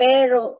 Pero